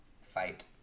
fight